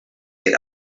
get